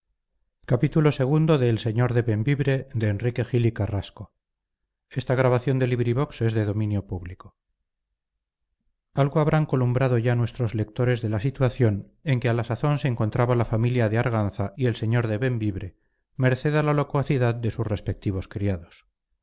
algo habrán columbrado ya nuestros lectores de la situación en que a la sazón se encontraba la familia de arganza y el señor de bembibre merced a la locuacidad de sus respectivos criados